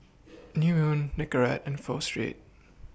New Moon Nicorette and Pho Street